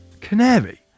Canary